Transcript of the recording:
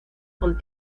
con